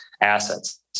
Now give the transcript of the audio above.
assets